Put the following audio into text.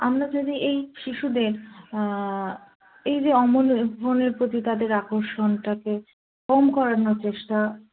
আমরা যদি এই শিশুদের এই যে অমন ফোনের প্রতি তাদের আকর্ষণটাকে কম করানোর চেষ্টা